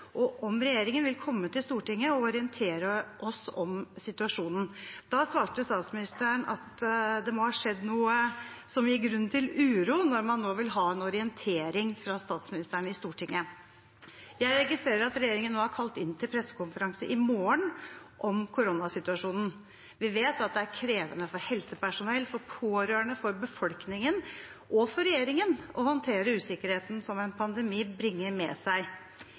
og om regjeringen vil komme til Stortinget og orientere oss om situasjonen. Da svarte statsministeren at det må ha skjedd noe som gir grunn til uro når man nå vil ha en orientering fra statsministeren i Stortinget. Jeg registrerer at regjeringen nå har kalt inn til pressekonferanse i morgen om koronasituasjonen. Vi vet at det er krevende for helsepersonell, for pårørende, for befolkningen – og for regjeringen – å håndtere usikkerheten som en pandemi bringer med seg.